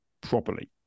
properly